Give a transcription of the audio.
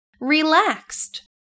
relaxed